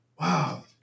wow